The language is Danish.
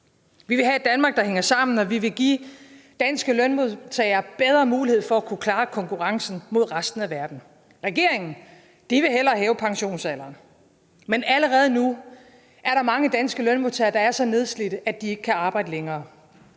Vi vil have et Danmark, der hænger sammen, og vi vil give danske lønmodtagere bedre muligheder for at kunne klare konkurrencen mod resten af verden. Regeringen vil hellere hæve pensionsalderen, men allerede nu er der mange danske lønmodtagere, der er så nedslidte, at de ikke længere